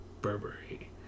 Burberry